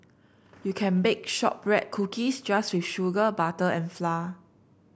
you can bake shortbread cookies just with sugar butter and flour